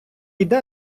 йде